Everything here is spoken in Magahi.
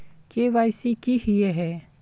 के.वाई.सी की हिये है?